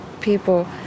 people